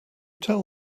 tell